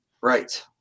right